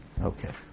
Okay